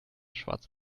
schwarze